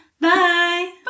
Bye